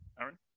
Aaron